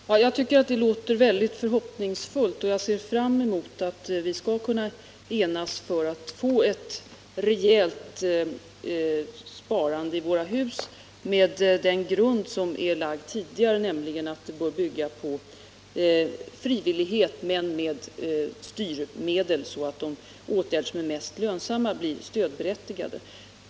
Herr talman! Jag tycker att detta låter synnerligen förhoppningsfullt. Jag ser fram emot att vi skall kunna enas för att få till stånd ett rejält sparande i våra hus på den grund som är lagd tidigare. Det bör bygga på frivillighet men med styrmedel och utformas på så sätt att de åtgärder som är mest lönsamma blir stödberättigade.